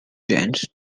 tends